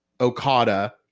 Okada